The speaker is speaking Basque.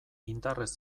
indarrez